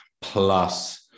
plus